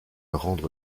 rendre